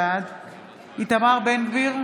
בעד איתמר בן גביר,